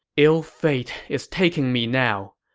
ill fate is taking me now,